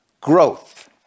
growth